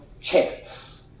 chance